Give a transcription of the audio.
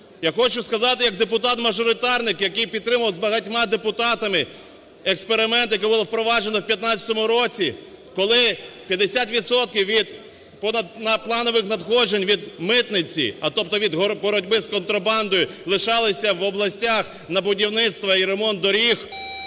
Я хочу сказати як депутат-мажоритарник, який підтримував з багатьма депутатами експеримент, який було впроваджено в 15-му році, коли 50 відсотків від понаднадпланових надходжень від митниці, а тобто від боротьби з контрабандою, лишалися в областях на будівництво і ремонт доріг,